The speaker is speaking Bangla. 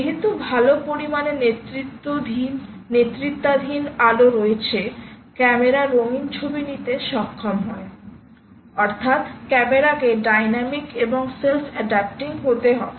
যেহেতু ভালো পরিমাণে নেতৃত্বাধীন আলো রয়েছে ক্যামেরা রঙিন ছবি নিতে সক্ষম হয় অর্থাৎক্যামেরাকে ডাইনামিক এবং সেলফ এডাপটিং হতে হবে